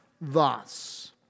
thus